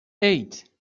eight